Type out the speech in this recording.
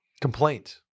Complaint